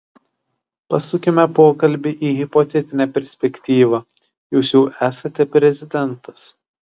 pasukime pokalbį į hipotetinę perspektyvą jūs jau esate prezidentas